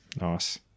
Nice